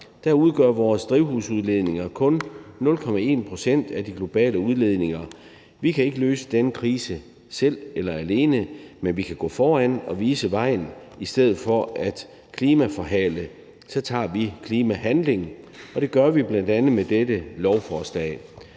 udgør vores drivhusgasudledninger kun 0,1 pct. af de globale udledninger. Vi kan ikke løse denne krise selv eller alene, men vi kan gå foran og vise vejen. I stedet for at klimaforhale tager vi klimahandling, og det gør vi bl.a. med dette lovforslag.